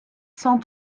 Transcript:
cent